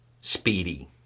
speedy